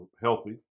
healthy